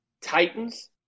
Titans